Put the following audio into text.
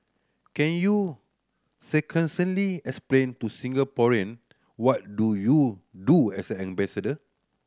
can you succinctly explain to Singaporean what do you do as an ambassador